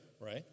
right